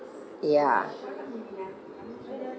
ya